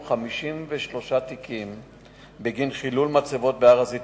53 תיקים בגין חילול מצבות בהר-הזיתים.